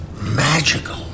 magical